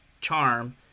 charm